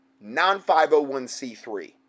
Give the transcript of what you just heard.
non-501c3